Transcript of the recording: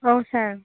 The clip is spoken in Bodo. औ सार